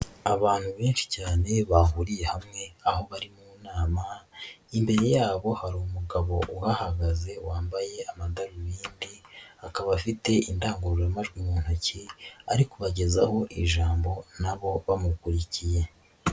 Abantu benshi cyane bahuriye hamwe aho bari mu nama, imbere yabo hari umugabo uhagaze wambaye amadarubindi akaba afite indangururamajwi mu ntoki ari kubagezaho ijambo na bo bamukurikiye.